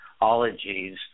ologies